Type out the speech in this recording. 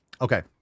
Okay